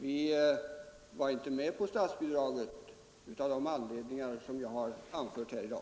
Vi gick inte med på statsbidraget av de anledningar som jag har anfört här i dag.